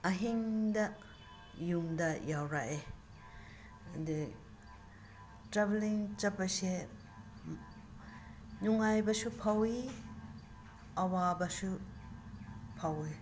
ꯑꯍꯤꯡꯗ ꯌꯨꯝꯗ ꯌꯧꯔꯛꯑꯦ ꯑꯗꯨ ꯇ꯭ꯔꯥꯕꯦꯜꯂꯤꯡ ꯆꯠꯄꯁꯦ ꯅꯨꯤꯡꯉꯥꯏꯕꯁꯨ ꯐꯥꯎꯋꯤ ꯑꯋꯥꯕꯁꯨ ꯐꯥꯎꯋꯤ